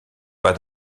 pas